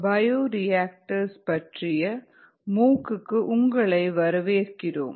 bioreactors பற்றிய மூக் க்கு உங்களை வரவேற்கிறோம்